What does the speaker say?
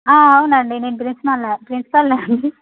అవునండి నేను ప్రిన్సిపల్ ప్రిన్సిపాల్ని అండి